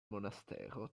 monastero